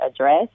address